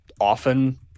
often